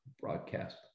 broadcast